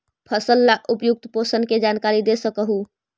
फसल ला उपयुक्त पोषण के जानकारी दे सक हु?